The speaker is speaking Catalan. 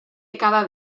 acaba